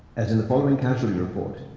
as in the following casualty report.